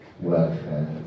welfare